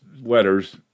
letters